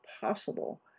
possible